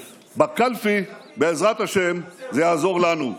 בקלפי, בעזרת השם, זה יעזור לנו.